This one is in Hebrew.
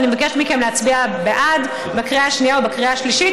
ואני מבקשת מכם להצביע בעד בקריאה השנייה ובקריאה השלישית.